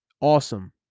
Awesome